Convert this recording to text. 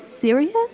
serious